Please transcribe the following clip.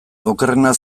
okerrena